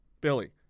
Billy